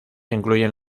incluyen